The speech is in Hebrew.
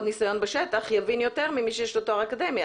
ניסיון בשטח יבין יותר ממי שיש לו תואר אקדמי.